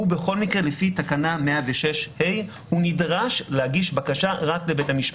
הוא בכל מקרה לפי תקנה 106ה נדרש להגיש בקשה רק לבית המשפט.